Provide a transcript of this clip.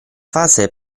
fase